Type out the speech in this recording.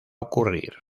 ocurrir